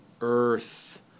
earth